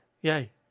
yay